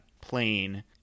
plane